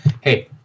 hey